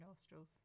nostrils